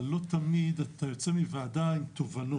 אבל לא תמיד אתה יוצא מהישיבה עם תובנות.